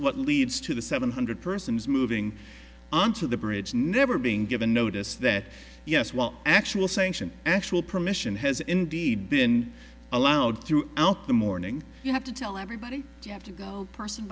what leads to the seven hundred persons moving onto the bridge never being given notice that yes while actual sanction actual permission has indeed been allowed through out the morning you have to tell everybody you have to go person